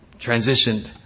transitioned